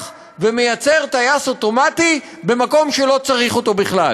ומייצר טייס אוטומטי במקום שלא צריך אותו בכלל.